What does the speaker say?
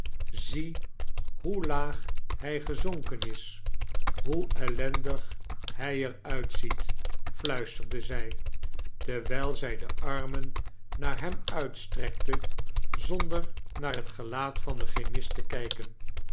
zie hoe laag hij gezonken is hoe ellendig hij er uitziet fluisterde zij terwijl zij de armen naar hem uitstrekte zonder naar het gelaat van den chemist te kijken